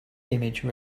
image